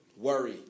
Worry